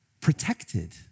protected